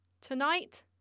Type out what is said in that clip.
tonight